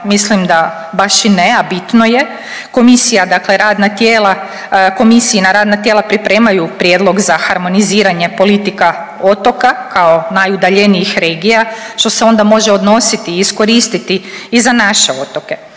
mislim da baš i ne, a bitno je. Komisija, dakle radna tijela, komisijina radna tijela pripremaju prijedlog za harmoniziranje politika otoka kao najudaljenijih regija što se onda može odnositi i iskoristiti i za naše otoke.